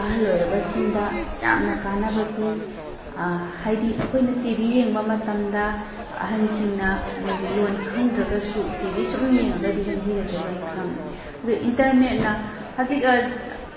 ꯑꯍꯜ ꯑꯣꯏꯔꯕꯁꯤꯡꯗ ꯌꯥꯝꯅ ꯀꯥꯟꯅꯕ ꯄꯤ ꯍꯥꯏꯗꯤ ꯑꯩꯈꯣꯏꯅ ꯇꯤ ꯚꯤ ꯌꯦꯡꯕ ꯃꯇꯝꯗ ꯑꯍꯟꯁꯤꯡꯅ ꯃꯣꯏꯒꯤ ꯂꯣꯜ ꯈꯪꯗ꯭ꯔꯒꯁꯨ ꯇꯤ ꯚꯤ ꯁꯨꯝ ꯌꯦꯡꯂꯒꯗꯤ ꯍꯤꯟꯗꯤꯒꯁꯦ ꯂꯣꯏꯅ ꯈꯪꯉꯦ ꯑꯗꯨ ꯏꯟꯇꯔꯅꯦꯠꯅ ꯍꯧꯖꯤꯛ